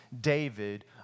David